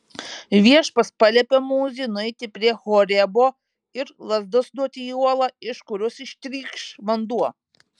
viešpats paliepė mozei nueiti prie horebo ir lazda suduoti į uolą iš kurios ištrykš vanduo